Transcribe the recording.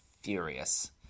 furious